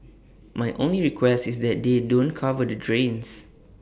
my only request is that they don't cover the drains